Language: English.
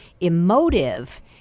Emotive